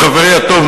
חברי הטוב,